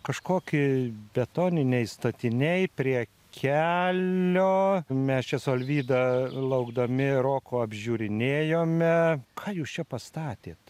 kažkokį betoniniai statiniai prie kelio mes čia su alvyda laukdami roko apžiūrinėjome ką jūs čia pastatėt